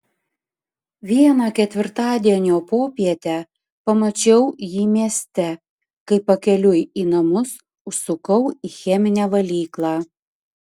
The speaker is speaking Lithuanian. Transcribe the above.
vieną ketvirtadienio popietę pamačiau jį mieste kai pakeliui į namus užsukau į cheminę valyklą